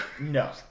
No